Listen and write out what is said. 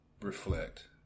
reflect